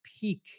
peak